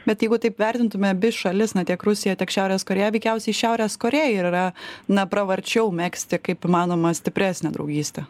bet jeigu taip vertintume abi šalis na tiek rusiją tiek šiaurės korėją veikiausiai šiaurės korėjai ir yra na pravarčiau megzti kaip įmanoma stipresnę draugystę